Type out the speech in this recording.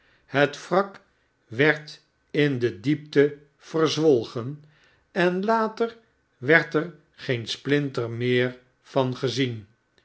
het wrak werd in de diepte verzwolgen en later werd er geen splinter meer van gezien